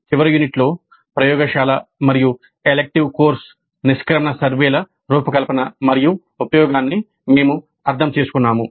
చివరి యూనిట్లో ప్రయోగశాల మరియు ఎలిక్టివ్ కోర్సు నిష్క్రమణ సర్వేల రూపకల్పన మరియు ఉపయోగాన్ని మేము అర్థం చేసుకున్నాము